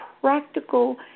practical